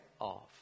off